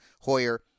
Hoyer